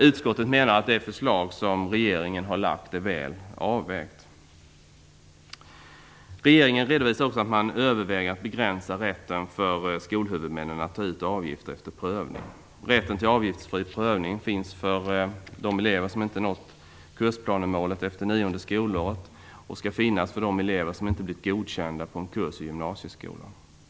Utskottet menar att det förslag som regeringen har lagt fram är väl avvägt. Regeringen redovisar också att man överväger att begränsa rätten för skolhuvudmännen att ta ut avgifter för prövning. Rätt till avgiftsfri prövning finns för de elever som inte nått kursplanemålet efter nionde skolåret och för dem som inte blivit godkända på en kurs i gymnasieskolan.